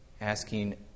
asking